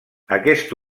aquest